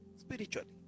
spiritually